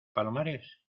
palomares